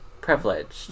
privileged